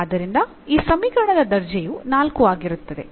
ಆದ್ದರಿಂದ ಈ ಸಮೀಕರಣದ ದರ್ಜೆಯು 4 ಆಗಿರುತ್ತದೆ